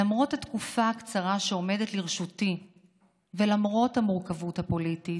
למרות התקופה הקצרה שעומדת לרשותי ולמרות המורכבות הפוליטית,